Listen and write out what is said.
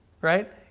right